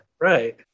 Right